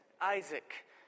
Isaac